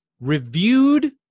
reviewed